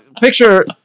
picture